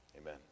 Amen